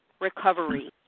recovery